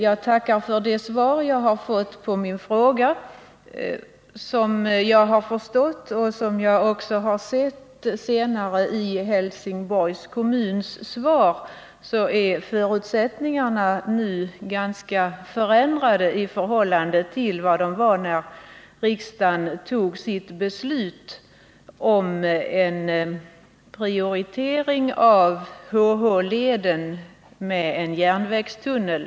Jag tackar för svaret på min fråga. Som jag har förstått och som jag också senare har sett i Helsingborgs kommuns svar har förutsättningarna ganska mycket ändrats sedan riksdagen fattade sitt beslut om en prioritering av HH-leden genom byggande av en järnvägstunnel.